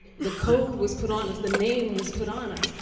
the code was put on us. the name was put on us.